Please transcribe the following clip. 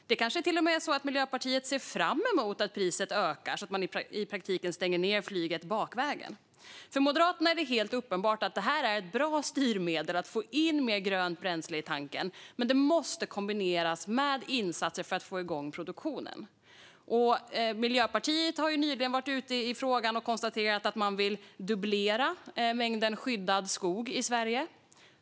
Det kanske till och med är så att Miljöpartiet ser fram emot att priset ökar, så att man i praktiken stänger ned flyget bakvägen. För Moderaterna är det helt uppenbart att detta är ett bra styrmedel för att få in mer grönt bränsle i tanken men att det måste kombineras med insatser för att få igång produktionen. Miljöpartiet har nyligen uttalat sig i frågan och konstaterat att man vill dubblera mängden skyddad skog i Sverige.